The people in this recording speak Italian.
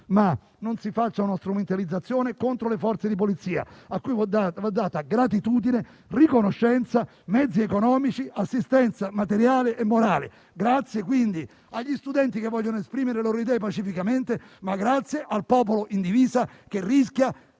ma non si faccia una strumentalizzazione contro le Forze di polizia, a cui vanno dati gratitudine, riconoscenza, mezzi economici, assistenza materiale e morale. Grazie, quindi, agli studenti che vogliono esprimere le loro idee pacificamente, ma grazie al popolo in divisa che rischia